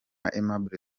aimable